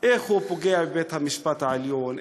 איך הוא פוגע בבית-המשפט העליון,